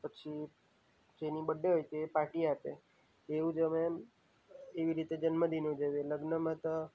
પછી જેની બર્થડે હોય તે પાર્ટી આપે એવું જ અમે એવી રીતે જન્મદિન ઉજવીએ લગ્નમાં તો